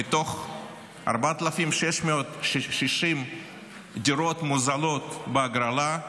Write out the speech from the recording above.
מתוך 4,660 דירות מוזלות בהגרלה,